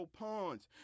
pawns